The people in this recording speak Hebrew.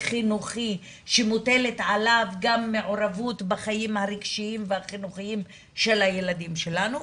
חינוכי שמוטלת עליו גם מעורבות בחיים הרגשיים והחינוכיים של הילדים שלנו,